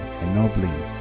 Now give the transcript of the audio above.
ennobling